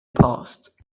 passed